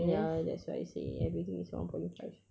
ya that's what I say everything is one point five